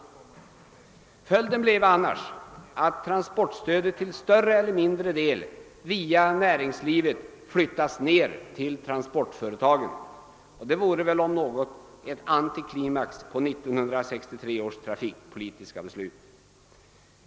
Följden bleve annars att transportstödet till större eller mindre del via näringslivet flyttats ned till transportföretagen. Detta vore om något en antiklimax på 1963 års trafikpolitiska beslut.